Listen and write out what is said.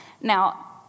Now